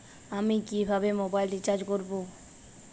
আমি কিভাবে mobile recharge করব?